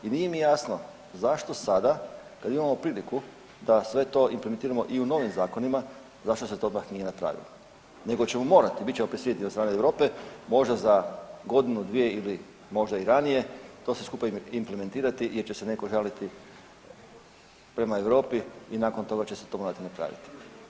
I nije mi jasno zašto sada kada imamo priliku da to sve implementiramo i u novim zakonima zašto se to nije napravilo, nego ćemo morati, bit ćemo prisiljeni od strane Europe možda za godinu, dvije ili možda i ranije to sve skupa implementirati jer će se netko žaliti prema Europi i nakon toga će se to morati napraviti.